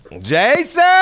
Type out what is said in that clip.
Jason